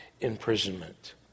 imprisonment